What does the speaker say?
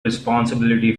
responsibility